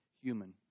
human